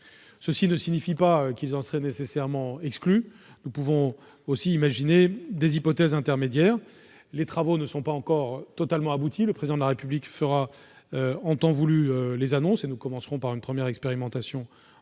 Cela ne signifie pas qu'ils en seraient nécessairement exclus. Nous pouvons aussi imaginer des hypothèses intermédiaires. Les travaux ne sont pas encore totalement aboutis. Le Président de la République fera, en temps voulu, les annonces. Nous commencerons par une première expérimentation en